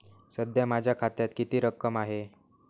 सध्या माझ्या खात्यात किती रक्कम आहे?